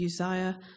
Uzziah